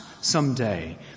someday